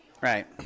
Right